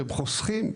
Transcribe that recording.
שהם חוסכים,